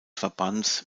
verbands